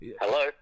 Hello